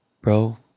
Bro